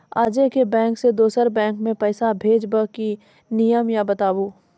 आजे के बैंक से दोसर बैंक मे पैसा भेज ब की नियम या बताबू?